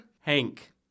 Hank